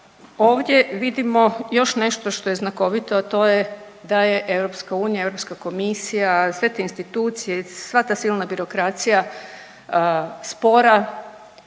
Ovdje vidimo još nešto što je znakovito, a to je da je EU, Europska komisija, sve te institucije, sva ta silna birokracija spora,